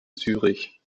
zürich